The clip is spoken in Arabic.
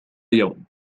يوم